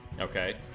Okay